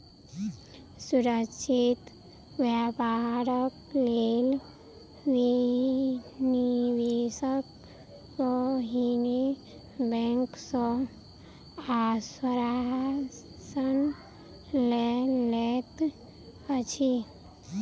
सुरक्षित व्यापारक लेल निवेशक पहिने बैंक सॅ आश्वासन लय लैत अछि